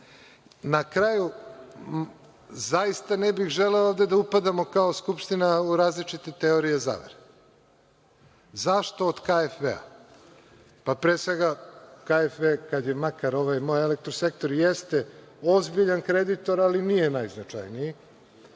kraju, zaista ne bih želeo da upadamo kao Skupština u različite teorije zavere. Zašto od KFW? Pa, pre svega, KFW, kada je makar moj ekeltrosektor, jeste ozbiljan kreditor, ali nije najznačajniji.